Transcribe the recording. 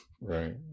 Right